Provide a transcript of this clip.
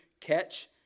catch